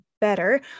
better